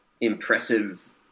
impressive